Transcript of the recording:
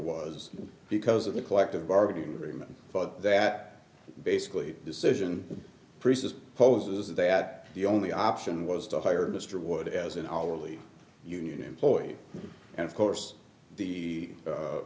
was because of the collective bargaining agreement but that basically decision presupposes that the only option was to hire mr wood as an hourly union employee and of course